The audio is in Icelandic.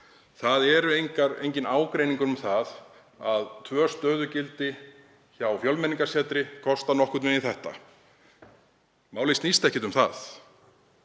Það er enginn ágreiningur um það að tvö stöðugildi hjá Fjölmenningarsetri kosta nokkurn veginn þetta. Málið snýst ekkert um það.